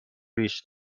ریش